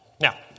Now